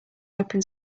open